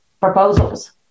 proposals